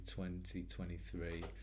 2023